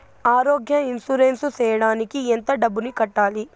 ఆరోగ్య ఇన్సూరెన్సు సేయడానికి ఎంత డబ్బుని కట్టాలి?